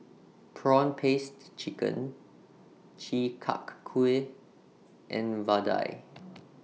Prawn Paste Chicken Chi Kak Kuih and Vadai